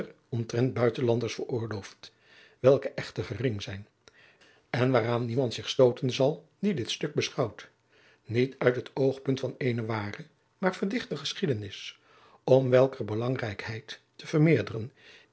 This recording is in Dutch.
lijnslager veroorloofd welke echter gering zijn en waaraan zich niemand stooten zal die dit stuk beschouwt niet uit het oogpunt van eene ware maar verdichte geschiedenis om welker belangrijkheid te vermeerderen